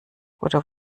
gute